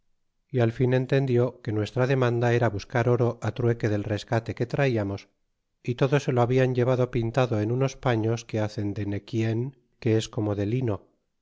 ó al fin entendió que nuestra demanda era buscar oro trueque del rescate que traiamos ó todo se lo hablan llevado pintado en unos partos que hacen de nequien que es como de lino